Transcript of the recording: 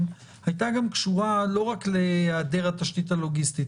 הייתה קשורה לא רק להיעדר התשתית הלוגיסטית,